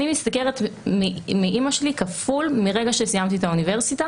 אני משתכרת כפול מאימא שלי מרגע שסיימתי את האוניברסיטה,